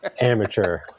amateur